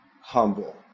humble